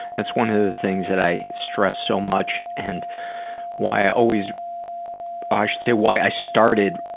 that's one of the things that i stress so much, and why i always ah i should say why i started